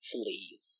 fleas